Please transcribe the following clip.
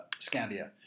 Scandia